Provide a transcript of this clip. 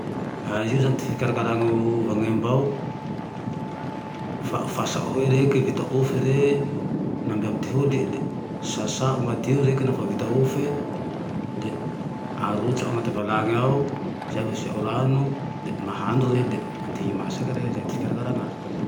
Io zane ty fikaraka vanemba ao, foasa he reke, vita hofy re, nao mbo amy ty hodiy le sasao madio reke naofa vita hofy le arotsao anaty valany ao zay vo asiao rano, le mahandro rehe le nandiny masaky rehe. Zay ty fikaraka anazy